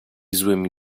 złymi